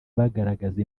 bagaragaza